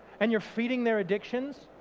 and you're feeding their addictions,